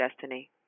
destiny